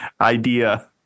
idea